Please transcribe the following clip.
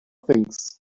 things